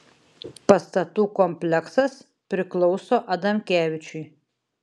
pastatų kompleksas priklauso adamkevičiui